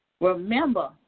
Remember